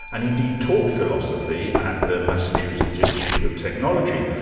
and indeed taught philosophy at the massachusetts institute of technology.